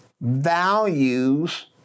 values